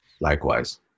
likewise